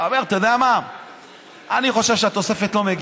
קראתי שיש חבר כנסת אחד מיש עתיד,